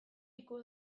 ikus